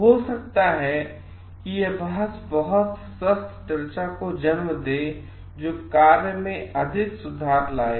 और हो सकता है कि यह बहस बहुत स्वस्थ चर्चा को जन्म दे जो कार्य में अधिक सुधार सामने लाए